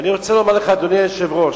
ואני רוצה לומר לך, אדוני היושב-ראש,